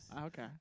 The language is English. Okay